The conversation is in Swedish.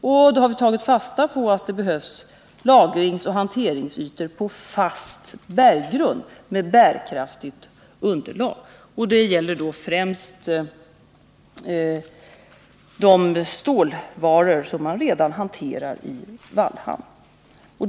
Vi Nr 30 har tagit fasta på att det behövs lagringsoch hanteringsytor på fast berggrund Fredagen den med bärkraftigt underlag, det gäller främst de stålvaror som man redan 16 november 1979 hanterar i Vallhamn.